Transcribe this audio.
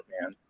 man